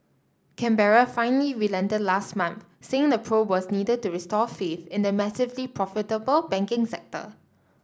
Canberra finally relented last month saying the probe was needed to restore faith in the massively profitable banking sector